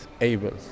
able